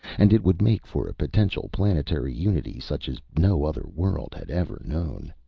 and it would make for a potential planetary unity such as no other world had ever known.